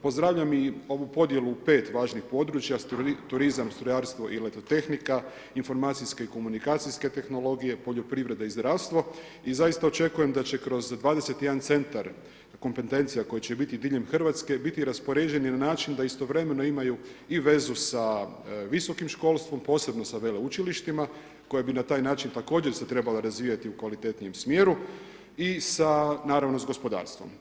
Pozdravljam i ovu podjelu u pet važnih područja, turizam, strojarstvo i elektrotehnika, informacijske i komunikacijske tehnologije, poljoprivreda i zdravstvo i zaista očekujem da će kroz 21 centar kompetencija koji će biti diljem Hrvatske biti raspoređeni na način da istovremeno imaju i vezu sa visokim školstvom, posebno sa veleučilištima koje bi na taj način se također trebale razvijati u kvalitetnijem smjeru i naravno s gospodarstvom.